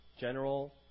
General